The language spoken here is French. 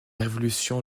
révolution